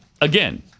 again